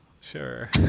Sure